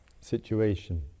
situation